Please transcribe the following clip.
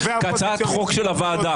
כהצעת חוק של הוועדה.